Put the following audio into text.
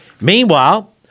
Meanwhile